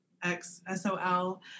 X-S-O-L